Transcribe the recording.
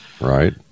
Right